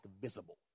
visible